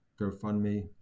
gofundme